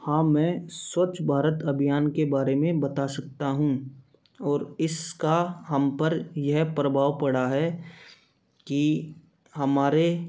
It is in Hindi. हाँ मैं स्वच्छ भारत अभियान के बारे में बता सकता हूँ और इसका हम पर यह प्रभाव पड़ा है कि हमारे